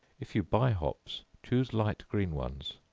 if you buy hops, choose light green ones,